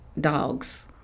dogs